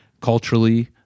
culturally